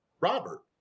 Robert